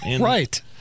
Right